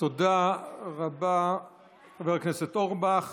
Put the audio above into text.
תודה רבה לחבר הכנסת אורבך.